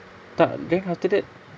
tak then after that